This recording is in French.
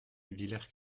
villers